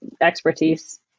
expertise